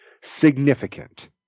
significant